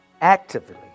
actively